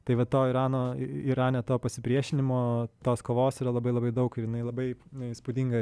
tai va to irano irane to pasipriešinimo tos kovos yra labai labai daug ir jinai labai įspūdinga